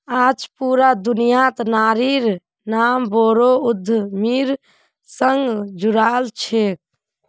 आज पूरा दुनियात नारिर नाम बोरो उद्यमिर संग जुराल छेक